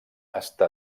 està